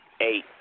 eight